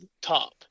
top